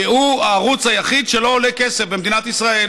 כי הוא הערוץ היחיד שלא עולה כסף במדינת ישראל,